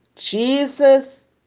Jesus